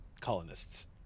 colonists